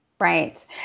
Right